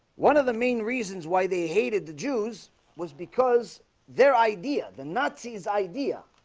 one of the main reasons why they hated the jews was because their idea the nazis idea